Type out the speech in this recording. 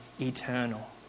eternal